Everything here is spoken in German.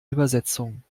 übersetzung